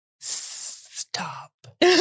stop